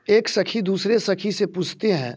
एक सखी दूसरे सखी से पूछती है